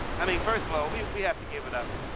i mean, first of all we we have to give it up.